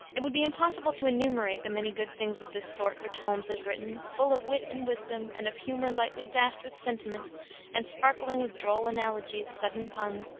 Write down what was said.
it would be impossible to enumerate the many good things of this sort which holmes has written, full of wit and wisdom, and of humor lightly dashed with sentiment and sparkling with droll analogies, sudden puns,